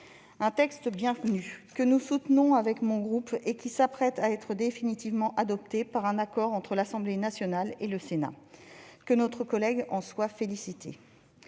un texte bienvenu, que nous soutenons avec mon groupe, et qui va bientôt être définitivement adopté après accord entre l'Assemblée nationale et le Sénat. Que notre collègue en soit félicitée